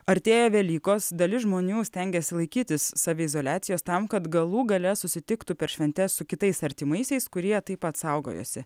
artėja velykos dalis žmonių stengiasi laikytis saviizoliacijos tam kad galų gale susitiktų per šventes su kitais artimaisiais kurie taip pat saugojosi